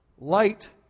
light